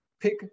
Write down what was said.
pick